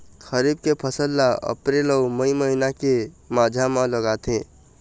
खरीफ के फसल ला अप्रैल अऊ मई महीना के माझा म लगाथे